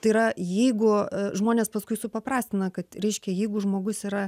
tai yra jeigu žmonės paskui supaprastina kad reiškia jeigu žmogus yra